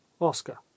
oscar